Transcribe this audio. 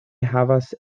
havas